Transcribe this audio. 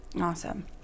Awesome